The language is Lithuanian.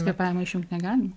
kvėpavimo išjungt negalim